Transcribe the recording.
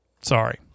sorry